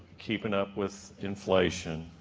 keeping up with inflation.